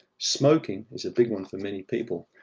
smoking is a big one for many people.